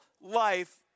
life